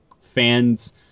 fans